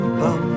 bum